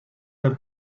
them